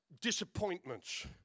disappointments